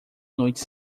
noite